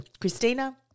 Christina